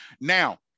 Now